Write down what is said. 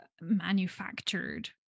manufactured